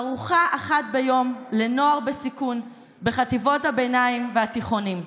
ארוחה אחת ביום לנוער בסיכון בחטיבות הביניים ובתיכונים.